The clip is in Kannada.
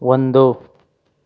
ಒಂದು